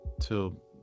till